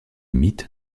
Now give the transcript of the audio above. mythe